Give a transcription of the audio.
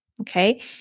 okay